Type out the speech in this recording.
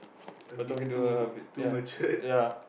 a bit too too matured